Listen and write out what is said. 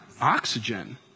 Oxygen